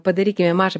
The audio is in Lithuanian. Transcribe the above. padarykime mažą